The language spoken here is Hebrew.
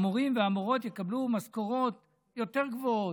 המורים והמורות יקבלו משכורות יותר גבוהות.